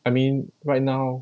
I mean right now